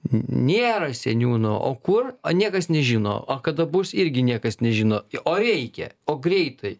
nėra seniūno o kur niekas nežino o kada bus irgi niekas nežino o reikia o greitai